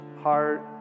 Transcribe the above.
heart